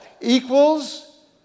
equals